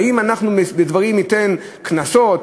האם אנחנו ניתן קנסות?